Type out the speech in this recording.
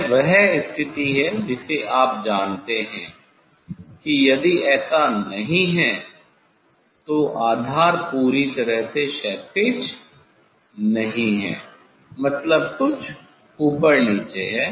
यह वह स्थिति है जिसे आप जानते हैं कि यदि यह ऐसा नहीं है तो आधार पूरी तरह से क्षैतिज नहीं है मतलब कुछ ऊपर नीचे है